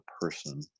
person